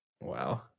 Wow